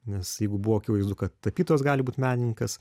nes jeigu buvo akivaizdu kad tapytojas gali būt menininkas